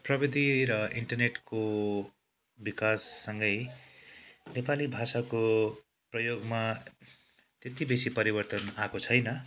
प्रविधि र इन्टरनेटको विकाससँगै नेपाली भाषाको प्रयोगमा त्यति बेसी परिवर्तन आएको छैन